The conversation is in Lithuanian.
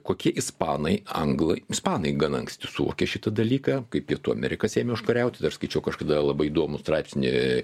kokie ispanai anglai ispanai gana anksti suvokė šitą dalyką kai pietų amerikas ėmė užkariauti dar skaičiau kažkada labai įdomų straipsnį